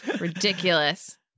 Ridiculous